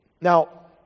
Now